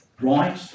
right